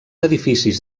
edificis